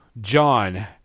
John